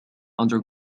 under